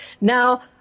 Now